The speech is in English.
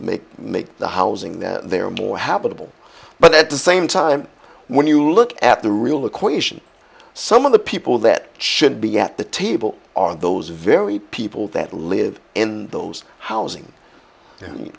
make make the housing that they're more habitable but at the same time when you look at the real equation some of the people that should be at the table are those very people that live in those housing and